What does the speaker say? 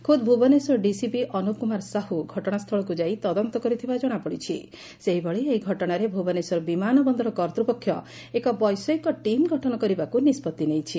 ଖୋଦ୍ ଭୁବନେଶ୍ୱର ଡିସିପି ଅନୁପ କୁମାର ସାହୁ ଘଟଣାସ୍ଥଳକୁ ଯାଇ ତଦନ୍ତ କରିଥିବା ଜଣାପଡିଛି ସେହିଭଳି ଏହି ଘଟଶାରେ ଭୁବନେଶ୍ୱର ବିମାନ ବନ୍ଦର କର୍ତ୍ତ୍ପକ୍ଷ ଏକ ବୈଷୟିକ ଟିମ୍ ଗଠନ କରିବାକୁ ନିଷ୍ବଉି ନେଇଛି